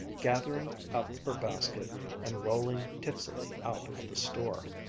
gathering up her basket and rolling tipsily out of the store.